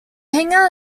hangar